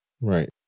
Right